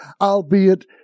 albeit